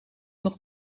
nog